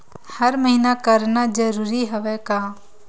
हर महीना करना जरूरी हवय का?